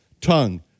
tongue